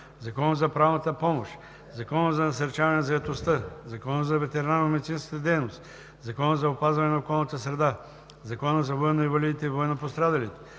Закона за правната помощ, Закона за насърчаване на заетостта, Закона за ветеринарномедицинската дейност, Закона за опазване на околната среда, Закона за военноинвалидите и военнопострадалите,